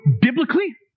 biblically